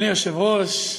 אדוני היושב-ראש,